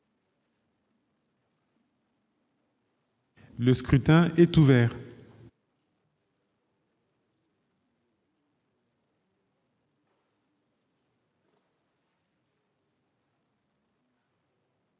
Le scrutin est ouvert.